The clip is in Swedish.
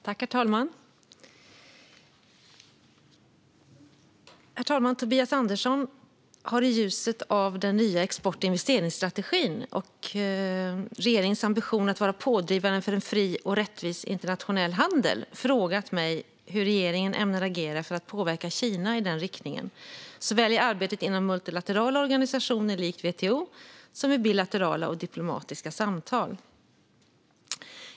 Herr talman! Tobias Andersson har i ljuset av den nya export och investeringsstrategin och regeringens ambition att vara pådrivande för en fri och rättvis internationell handel frågat mig hur regeringen ämnar agera för att påverka Kina i den riktningen, såväl i arbetet inom multilaterala organisationer likt WTO som i bilaterala och diplomatiska samtal.